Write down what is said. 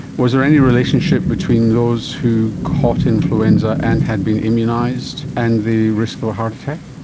was there any relationship between those who caught influenza and had been immunised and the risk of a heart attack?